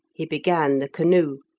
he began the canoe,